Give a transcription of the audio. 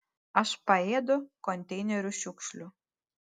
aš paėdu konteinerių šiukšlių